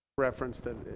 reference that